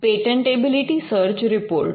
patentability search report